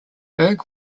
berg